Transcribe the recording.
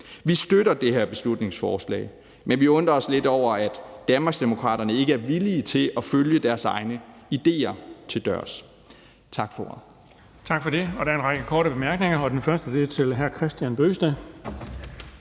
Vi støtter det her beslutningsforslag, men vi undrer os lidt over, at Danmarksdemokraterne ikke er villige til at følge deres egne idéer til dørs. Tak for ordet.